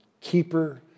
keeper